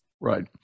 Right